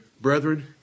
brethren